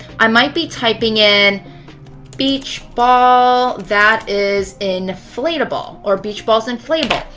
i might be typing in beach ball that is inflatable. or beach balls inflatable.